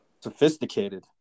Sophisticated